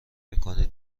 میکنید